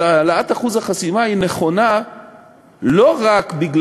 אבל העלאת אחוז החסימה נכונה לא רק מפני